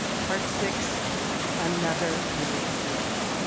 part six another new group home